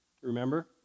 remember